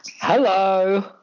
Hello